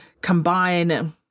combine